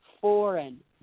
foreign